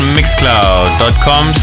Mixcloud.com